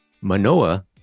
Manoa